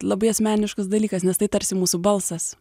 labai asmeniškas dalykas nes tai tarsi mūsų balsas